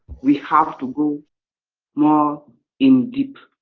we have to go more in deep,